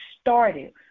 started